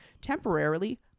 temporarily